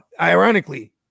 ironically